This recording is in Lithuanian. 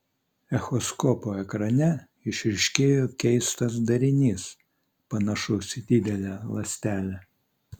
echoskopo ekrane išryškėjo keistas darinys panašus į didelę ląstelę